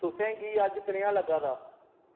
तुसेंगी अज्ज कनेहा लग्गा दा